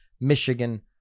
Michigan